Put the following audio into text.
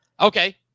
Okay